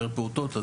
פר פעוטות,